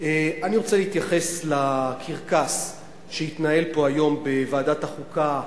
אני רוצה להתייחס לקרקס שהתנהל פה היום בוועדת החוקה,